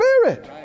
Spirit